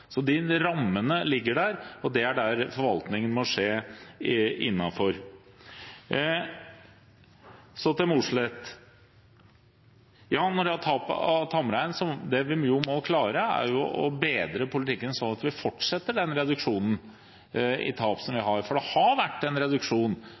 De rammene ligger der, og det er dem forvaltningen må skje innenfor. Så til Mossleth: Når det gjelder tap av tamrein, må vi klare å bedre politikken sånn at vi fortsetter den reduksjonen i tap som vi